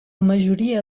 majoria